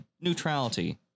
neutrality